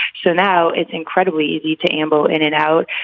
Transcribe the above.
so now it's incredibly easy to amble in and out.